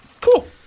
Cool